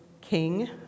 king